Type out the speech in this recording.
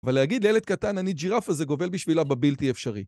ולהגיד לילד קטן אני ג'ירפה זה גובל בשבילה בבלתי אפשרי